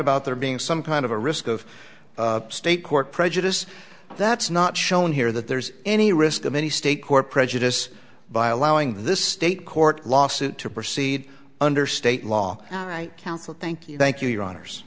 about there being some kind of a risk of state court prejudice that's not shown here that there's any risk of any state court prejudice by allowing this state court lawsuit to proceed under state law i counsel thank you thank you your honors